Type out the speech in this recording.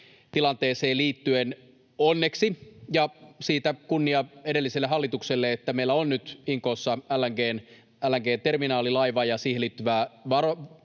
tilanteeseen liittyen: siitä kunnia edelliselle hallitukselle, että meillä onneksi on nyt Inkoossa LNG-terminaalilaiva ja siihen liittyvä kelluva